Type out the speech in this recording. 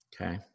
Okay